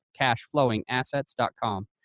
cashflowingassets.com